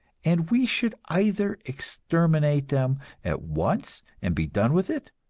and we should either exterminate them at once and be done with it,